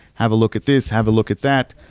have a look at this, have a look at that.